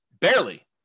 Barely